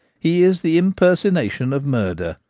he is the impersonation of murder.